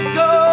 go